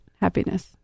happiness